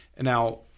now